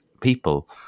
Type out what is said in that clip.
people